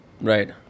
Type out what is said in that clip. Right